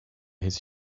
his